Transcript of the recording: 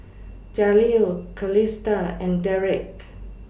Jaleel Calista and Derick